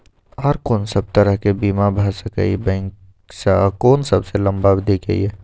आर कोन सब तरह के बीमा भ सके इ बैंक स आ कोन सबसे लंबा अवधि के ये?